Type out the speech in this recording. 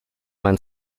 mein